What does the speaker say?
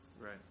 right